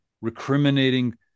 recriminating